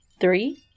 three